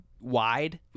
wide